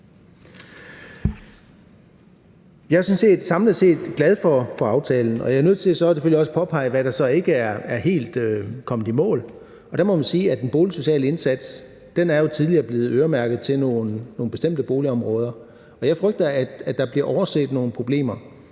set samlet set glad for aftalen, og jeg er selvfølgelig også nødt til at påpege, hvad der så ikke helt er kommet i mål. Der må man jo sige, at den boligsociale indsats tidligere er blevet øremærket til nogle bestemte boligområder, og jeg frygter, at der bliver overset nogle problemer,